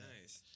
nice